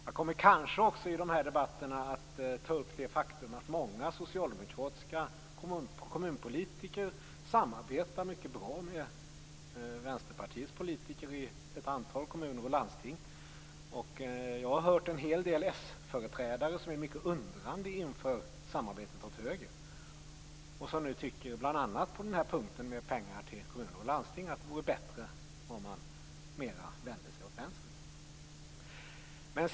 Jag kommer kanske också att ta upp det faktum att många socialdemokratiska kommunpolitiker samarbetar mycket bra med Vänsterpartiets politiker i ett antal kommuner och landsting. Jag har hört en hel del sföreträdare som är mycket undrande inför samarbetet åt höger, och som nu tycker att det vore bättre om man mer vände sig åt vänster, bl.a. på punkten om pengar till kommuner och landsting.